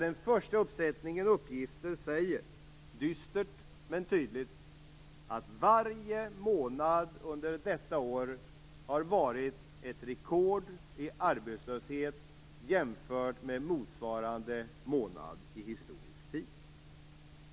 Den första uppsättningen uppgifter säger, dystert men tydligt, att varje månad under detta år har inneburit ett rekord i arbetslöshet jämfört med motsvarande månad i historisk tid.